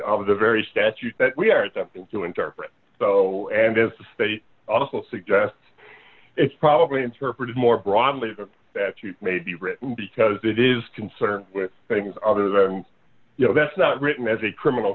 of the very statute that we are attempting to interpret so and as they also suggest it's probably interpreted more broadly that you may be written because it is concerned with things other than you know that's not written as a criminal